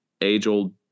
age-old